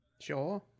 Sure